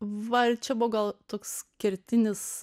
va čia buvo gal toks kertinis